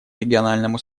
региональному